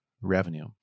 revenue